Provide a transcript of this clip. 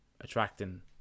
attracting